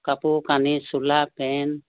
কাপোৰ কানি চোলা পেন্ট